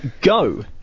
go